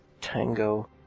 Tango